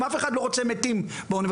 אף אחד לא רוצה מתים באוניברסיטאות.